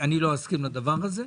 אני לא אסכים לדבר הזה,